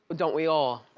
don't we all.